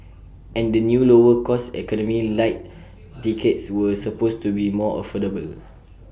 and the new lower cost economy Lite tickets were supposed to be more affordable